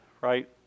right